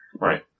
Right